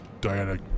Diana